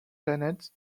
planet